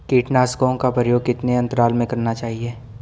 कीटनाशकों का प्रयोग कितने अंतराल में करना चाहिए?